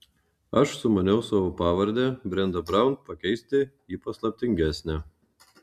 aš sumaniau savo pavardę brenda braun pakeisti į paslaptingesnę